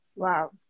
Wow